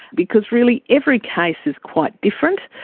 because really every case is quite different.